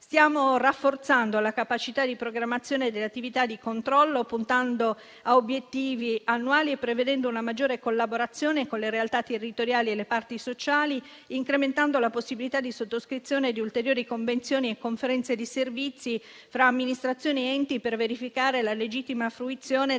Stiamo rafforzando la capacità di programmazione delle attività di controllo, puntando a obiettivi annuali e prevedendo una maggiore collaborazione con le realtà territoriali e le parti sociali, incrementando la possibilità di sottoscrizione di ulteriori convenzioni e conferenze di servizi tra amministrazioni ed enti per verificare la legittima fruizione della